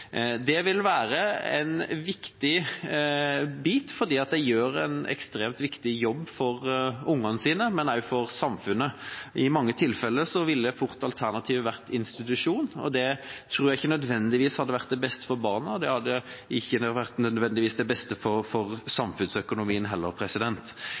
Det vil være en viktig bit, for de gjør en ekstremt viktig for jobb for ungene sine og også for samfunnet. I mange tilfeller ville fort alternativet vært institusjon. Det tror jeg ikke nødvendigvis hadde vært det beste for barna, og det hadde ikke nødvendigvis vært det beste for samfunnsøkonomien heller. Det ligger også inne å sikre muligheten for